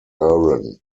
huron